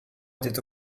était